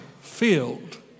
filled